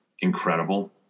incredible